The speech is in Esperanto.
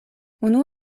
unu